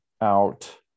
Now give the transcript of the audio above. out